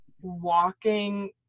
walking